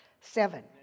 Seven